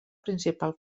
principal